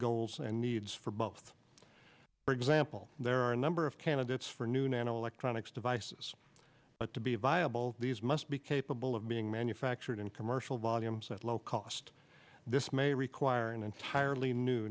goals and needs for both for example there are a number of candidates for new nano electronics devices but to be viable these must be capable of being manufactured in commercial volumes at low cost this may require an entirely new